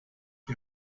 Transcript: die